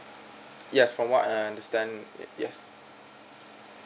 yes from what I understand yes